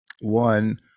One